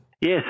Yes